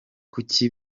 kuki